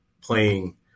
playing